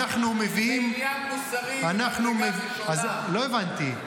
אנחנו מביאים --- זה עניין מוסרי ממדרגה ראשונה --- לא הבנתי,